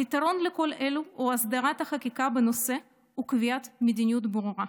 הפתרון לכל אלו הוא הסדרת החקיקה בנושא וקביעת מדיניות ברורה,